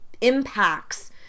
impacts